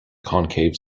concave